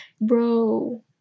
bro